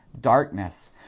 darkness